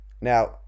Now